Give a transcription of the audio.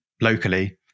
locally